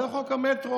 זה חוק המטרו,